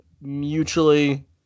mutually